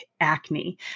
acne